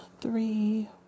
three